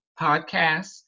Podcast